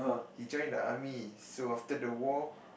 he join the army so after the war